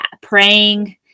praying